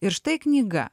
ir štai knyga